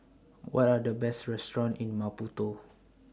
What Are The Best Restaurant in Maputo